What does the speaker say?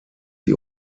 die